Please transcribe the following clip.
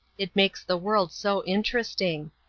it makes the world so interesting.